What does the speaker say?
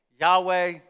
Yahweh